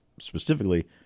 specifically